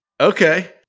Okay